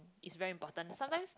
is very important sometimes